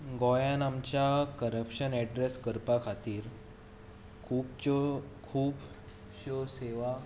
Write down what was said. गोंयांत आमच्या corruption address करपा खातीर खुबशो खूबश्यो सेवा